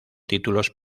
títulos